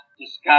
discuss